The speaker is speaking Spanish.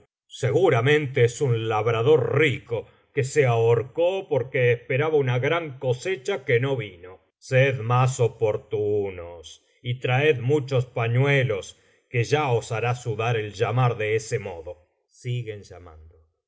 seguramente es un labrador rico que se ahorcó porque esperaba una gran cosecha que no vino sed más oportuno y traed muchos pañuelos que ya os hará sudar el llamar de ese modo siguen llamando llama